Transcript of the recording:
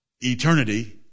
eternity